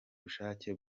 bushake